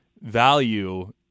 value